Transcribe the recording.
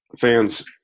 fans